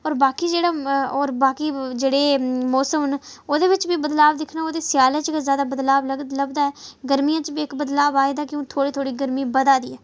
होर बाकी जेह्ड़ा होर बाकी जेह्ड़े मौसम न ओह्दे बिच्च बी बदलाव दिखना होऐ तां सेआले च गै जैदा बदलाव लभदा ऐ गरमियें च बी इक बदलाव आए दा कि थोह्ड़ी गरमी बधा दी ऐ